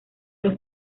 los